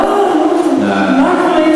לא, לא.